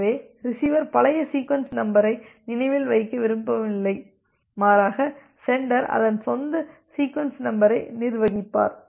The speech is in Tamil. எனவே ரிசீவர் பழைய சீக்வென்ஸ் நம்பரை நினைவில் வைக்க விரும்பவில்லை மாறாக சென்டர் அதன் சொந்த சீக்வென்ஸ் நம்பரை நிர்வகிப்பார்